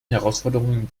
herausforderungen